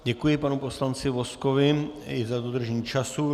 Děkuji panu poslanci Vozkovi i za dodržení času.